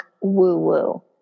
woo-woo